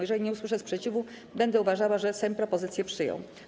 Jeżeli nie usłyszę sprzeciwu, będę uważała, że Sejm propozycję przyjął.